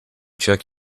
check